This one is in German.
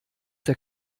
der